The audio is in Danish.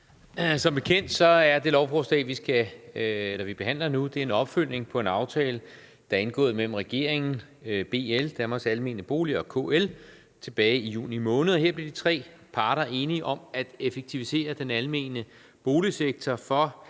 Som bekendt er det lovforslag, vi behandler nu, en opfølgning på aftale, der er indgået mellem regeringen, BL - Danmarks Almene Boliger og KL tilbage i juni måned. Her blev de tre parter enige om at effektivisere den almene boligsektor for